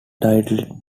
titled